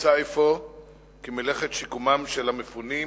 נמצא אפוא כי מלאכת שיקומם של המפונים